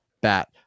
bat